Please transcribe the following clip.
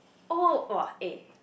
oh !wah! eh